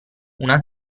una